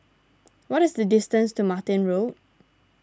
what is the distance to Martin Road